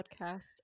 podcast